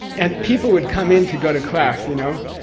and people would come in to go to class, you know?